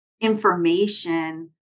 information